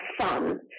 fun